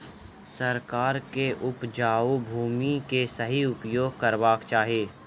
सरकार के उपजाऊ भूमि के सही उपयोग करवाक चाही